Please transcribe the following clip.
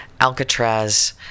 Alcatraz